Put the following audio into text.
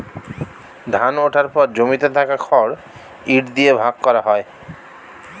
ধান ওঠার পর জমিতে থাকা খড় ইট দিয়ে ভাগ করা হয়